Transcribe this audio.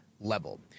level